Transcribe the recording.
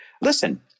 Listen